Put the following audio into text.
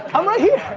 i'm right here.